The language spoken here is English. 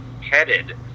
headed